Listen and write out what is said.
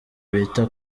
bita